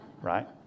right